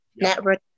network